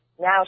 now